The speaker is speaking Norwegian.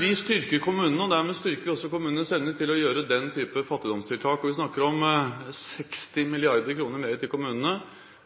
Vi styrker kommunene, og dermed styrker vi også kommunenes evne til å gjøre den type fattigdomstiltak. Vi snakker om 60 mrd. kr mer til kommunene,